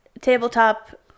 tabletop